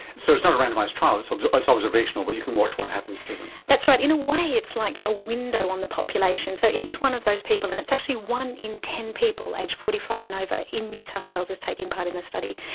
so it's not a randomised trial, it's um it's observational, but you can watch what happens to them. that's right. in a way it is like a window on the population. so each one of those people. and it's actually one in ten people aged forty five and over in new south wales is taking part in the study,